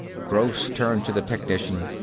gross turned to the technician.